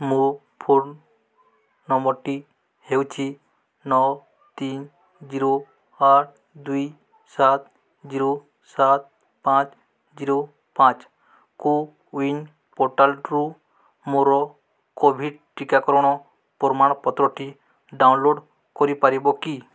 ମୋ ଫୋନ୍ ନମ୍ବର୍ଟି ହେଉଛି ନଅ ତିନି ଜିରୋ ଆଠ ଦୁଇ ସାତ ଜିରୋ ସାତ ପାଞ୍ଚ ଜିରୋ ପାଞ୍ଚ କୋୱିନ୍ ପୋର୍ଟାଲ୍ରୁ ମୋର କୋଭିଡ଼୍ ଟିକାକରଣ ପ୍ରମାଣପତ୍ରଟି ଡାଉନଲୋଡ଼୍ କରିପାରିବ କି